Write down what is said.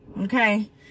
okay